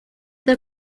del